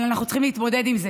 אבל אנחנו צריכים להתמודד עם זה.